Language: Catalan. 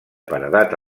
paredat